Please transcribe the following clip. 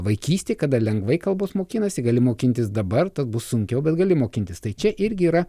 vaikystėj kada lengvai kalbos mokinasi gali mokintis dabar tad bus sunkiau bet gali mokintis tai čia irgi yra